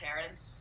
parents